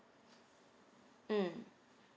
mm